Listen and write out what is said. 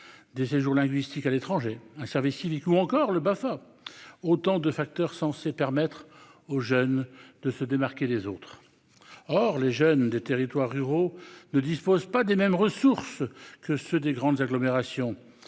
des séjours linguistiques à l'étranger, un service civique ou encore le BAFA, autant de facteurs censés permettre aux jeunes de se démarquer des autres, or les jeunes des territoires ruraux ne dispose pas des mêmes ressources que ceux des grandes agglomérations,